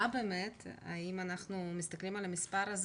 השאלה האם אנחנו מסתכלים על המספר הזה